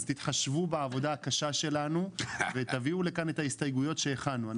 אז תתחשבו בעבודה הקשה שלנו ותביאו לכאן את ההסתייגויות שהכנו.